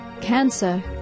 Cancer